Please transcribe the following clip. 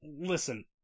listen